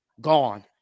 gone